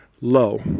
low